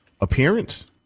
appearance